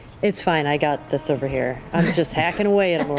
it's fine, i got this over here. i'm just hacking away at